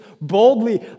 boldly